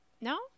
No